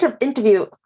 interview